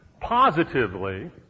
positively